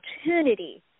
opportunity